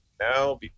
now